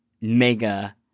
mega